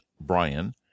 Brian